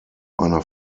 einer